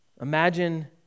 Imagine